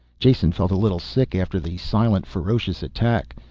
jason felt a little sick after the silent ferocious attack.